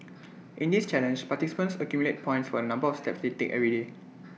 in this challenge participants accumulate points for the number of steps they take every day